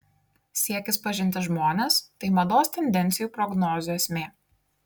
siekis pažinti žmones tai mados tendencijų prognozių esmė